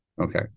okay